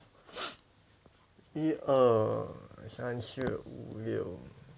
一二三四五六